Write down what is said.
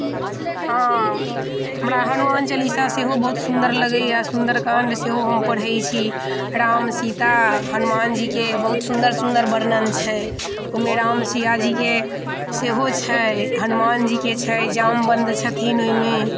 हाँ हमरा हनुमान चलीसा सेहो बहुत सुन्दर लगैए सुन्दरकाण्ड सेहो हम पढ़ै छी राम सीता हनुमानजीके बहुत सुन्दर सुन्दर वर्णन छै ओइमे राम सियाजीके सेहो छै हनुमानजीके छै जामवन्त छथिन ओइमे